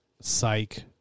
Psych